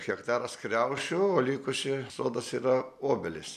hektaras kriaušių o likusi sodas yra obelys